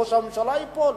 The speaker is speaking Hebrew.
ראש הממשלה ייפול.